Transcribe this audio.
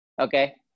Okay